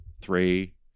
three